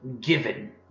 given